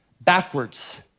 backwards